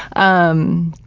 um,